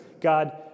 God